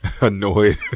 annoyed